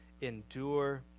endure